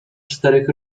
czterech